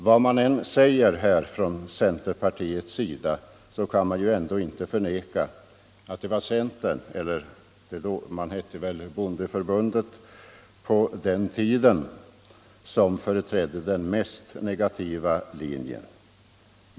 Vad man än säger här från centerpartiets sida kan det ändå inte förnekas att det var centern — man hette bondeförbundet fram till den tiden — som företrädde den mest negativa linjen.